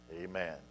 Amen